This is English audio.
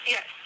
Yes